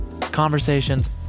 Conversations